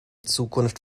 zukunft